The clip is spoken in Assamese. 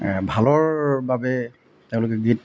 ভালৰ বাবে তেওঁলোকে গীত